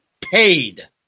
paid